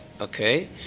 okay